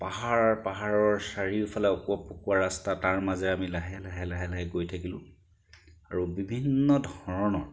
পাহাৰ পাহাৰৰ চাৰিওফালে অকোৱা পকোৱা ৰাস্তা তাৰ মাজে আমি লাহে লাহে লাহে লাহে গৈ থাকিলোঁ আৰু বিভিন্ন ধৰণৰ